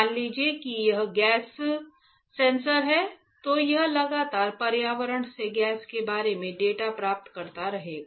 मान लीजिए कि यह गैस सेंसर है तो यह लगातार पर्यावरण से गैस के बारे में डेटा प्राप्त करेगा